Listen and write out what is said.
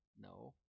no